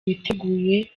biteguye